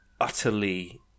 utterly